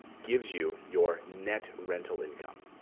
gives you your net rental income.